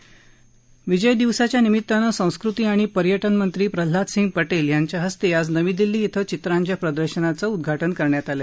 कारगिल विजय दिवसाच्या निमित्तानं संस्कृती आणि पर्यटन मंत्री प्रल्हाद सिंग पटेल यांच्या हस्ते आज नवी दिल्ली क्विं चित्रांच्या प्रदर्शनाचं उद्घाटन करण्यात आलं